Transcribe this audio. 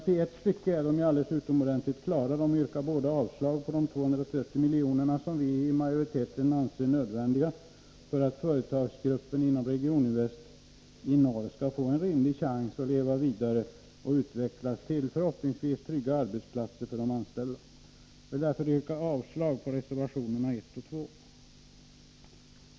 I ett stycke är de alldeles utomordentligt klara — de yrkar båda avslag på de 230 milj.kr. som majoriteten anser nödvändiga för att företagen inom Regioninvest i Norr skall få en rimlig chans att leva vidare och utvecklas till förhoppningsvis trygga arbetsplatser för de anställda. Jag vill därför yrka avslag på reservationerna 1 och 2.